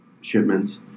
shipments